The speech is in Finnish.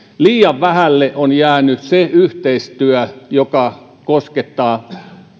liian vähälle on jäänyt se yhteistyö joka koskettaa